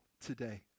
today